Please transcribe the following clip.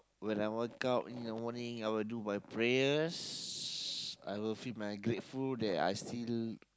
when I wake up in the morning I will do my prayers I will feel my grateful that I still do